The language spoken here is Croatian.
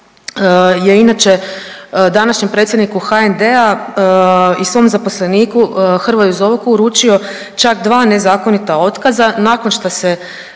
je inače današnjem predsjedniku HND-a i svom zaposleniku Hrvoju Zovku uručio čak 2 nezakonita otkaza nakon što se